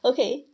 Okay